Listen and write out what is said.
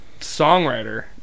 songwriter